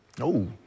No